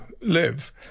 live